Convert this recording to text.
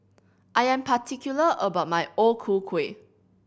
I am particular about my O Ku Kueh